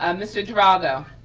um mr. geraldo.